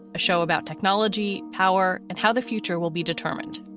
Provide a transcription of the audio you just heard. a show about technology, power and how the future will be determined.